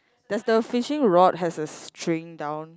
that's the fishing rod has a string down